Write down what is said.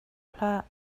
hlah